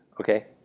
Okay